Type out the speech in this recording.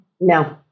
No